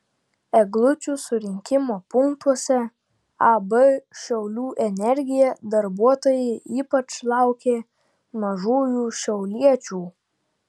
eglučių surinkimo punktuose ab šiaulių energija darbuotojai ypač laukė mažųjų šiauliečių